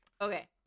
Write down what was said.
Okay